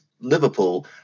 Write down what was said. Liverpool